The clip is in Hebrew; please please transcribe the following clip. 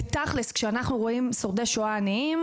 תכלס, כשאנחנו רואים שורדי שואה עניים